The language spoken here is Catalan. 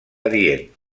adient